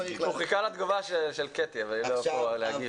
הוא חיכה לתגובה של קטי, אבל היא לא פה להגיב.